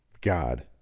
God